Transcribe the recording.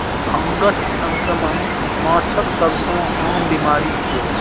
fungus संक्रमण माछक सबसं आम बीमारी छियै